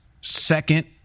second